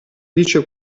dice